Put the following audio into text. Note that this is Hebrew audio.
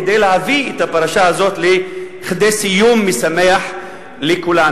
כדי להביא את הפרשה הזאת לכדי סיום משמח לכולנו.